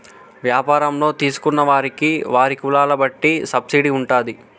వ్యాపారంలో తీసుకున్న వారికి వారి కులాల బట్టి సబ్సిడీ ఉంటాది